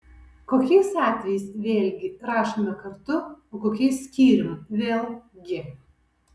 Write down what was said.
kokiais atvejais vėlgi rašome kartu o kokiais skyrium vėl gi